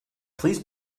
please